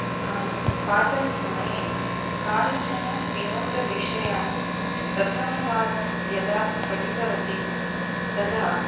आम् पाठनसमये कानिचन विनोदविषयान् प्रथमवारं यदा पठितवती तदा